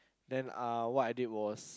then uh what did I was